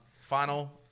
final